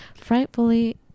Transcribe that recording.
Frightfully